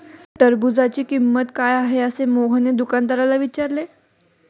टरबूजाची किंमत काय आहे असे मोहनने दुकानदाराला विचारले?